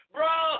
Bro